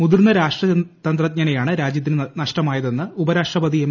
മുതിർന്ന രാജ്യതന്ത്രജ്ഞനെയാണ് രാജ്യത്തിനു നഷ്ടമായതെന്ന് ഉപരാഷ്ട്രപതി എം